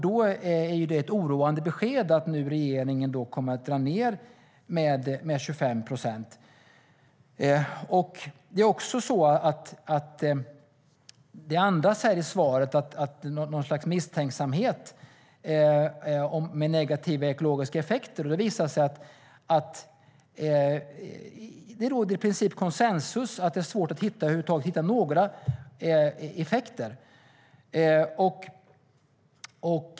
Då är det ett oroande besked att regeringen nu kommer att dra ned med 25 procent. Det andas också i svaret något slags misstanke om negativa ekologiska effekter. Det visar sig att det råder i princip konsensus att det är svårt att över huvud taget hitta några sådana effekter.